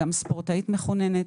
גם ספורטאית מחוננת.